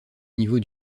niveau